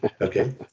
Okay